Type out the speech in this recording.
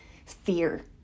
Fear